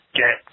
get